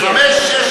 ה"חמאס",